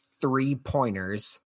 three-pointers